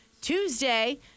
Tuesday